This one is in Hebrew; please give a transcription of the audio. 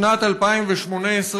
בשנת 2018,